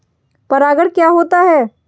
परागण क्या होता है?